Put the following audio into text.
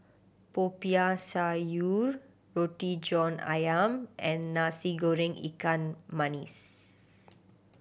Popiah Sayur Roti John Ayam and Nasi Goreng ikan